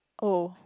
oh